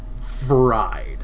fried